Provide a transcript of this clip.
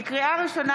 לקריאה ראשונה,